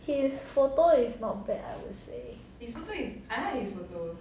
his photo is not bad I would say